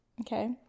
okay